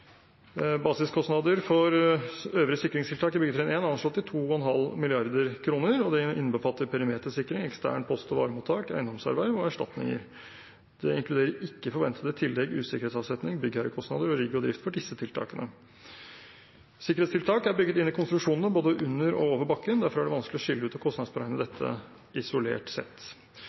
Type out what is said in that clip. Basiskostnader for øvrige sikringstiltak i byggetrinn 1 er anslått til 2,5 mrd. kr, og det innbefatter perimetersikring, eksternt post- og varemottak, eiendomserverv og erstatninger. Det inkluderer ikke forventede tillegg, usikkerhetsavsetning, byggherrekostnader og rigg og drift for disse tiltakene. Sikkerhetstiltak er bygget inn i konstruksjonene både under og over bakken, derfor er det vanskelig å skille ut og kostnadsberegne dette isolert sett.